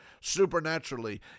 supernaturally